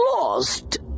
lost